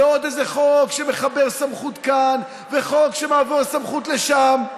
ועוד איזה חוק שמחבר סמכות כאן וחוק שמעביר סמכות לשם.